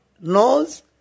nose